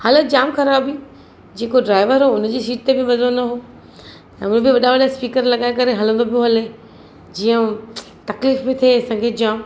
हालत जामु ख़राबु हुई जेको ड्रायवर हो उनजी सिट ते बि वञिणो न हो ऐं उहो बि वॾा वॾा स्पिकर लॻाइ करे हलंदो पियो हले जीअं तकलीफ़ु पई थिए असांखे जामु